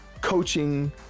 coaching